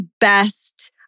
best